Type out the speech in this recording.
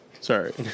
Sorry